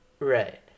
right